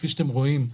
כפי שאתם רואים,